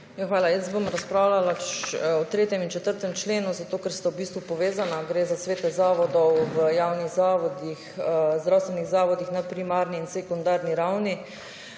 Hvala. Jaz bom razpravljala o 3. in 4. členu zato, ker sta v bistvu povezana. Gre za svete zavodov v javnih zavodih, zdravstvenih zavodih na primarni in sekundarni ravni.